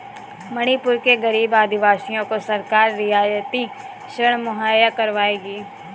मणिपुर के गरीब आदिवासियों को सरकार रियायती ऋण मुहैया करवाएगी